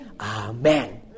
Amen